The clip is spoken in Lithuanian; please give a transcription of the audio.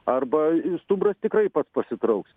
arba stumbras tikrai pats pasitrauks